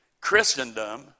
Christendom